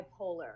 bipolar